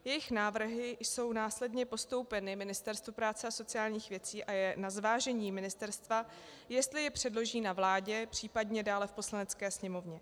Jejich návrhy jsou následně postoupeny Ministerstvu práce a sociálních věcí a je na zvážení ministerstva, jestli je předloží na vládě, případně dále v Poslanecké sněmovně.